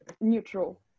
neutral